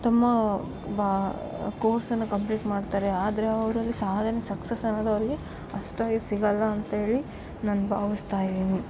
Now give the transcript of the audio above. ತಮ್ಮ ಬಾ ಕೊರ್ಸನ್ನು ಕಂಪ್ಲೀಟ್ ಮಾಡ್ತಾರೆ ಆದರೆ ಅವ್ರು ಅಲ್ಲಿ ಸಾಧನೆ ಸಕ್ಸಸ್ ಅನ್ನೋದು ಅವರಿಗೆ ಅಷ್ಟಾಗಿ ಸಿಗೋಲ್ಲ ಅಂತೇಳಿ ನಾನು ಭಾವಿಸ್ತಾ ಇದೀನಿ